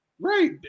Right